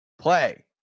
play